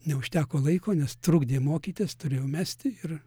neužteko laiko nes trukdė mokytis turėjau mesti ir